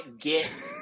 get